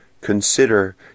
Consider